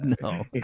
No